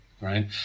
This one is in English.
Right